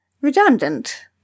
Redundant